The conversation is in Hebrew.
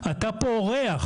אתה פה אורח